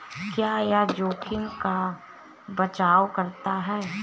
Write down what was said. क्या यह जोखिम का बचाओ करता है?